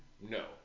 no